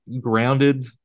grounded